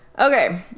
okay